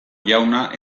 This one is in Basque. jauna